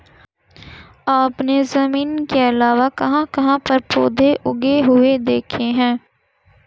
आपने जमीन के अलावा कहाँ कहाँ पर पौधे उगे हुए देखे हैं?